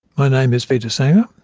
my name is peter saenger,